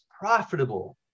profitable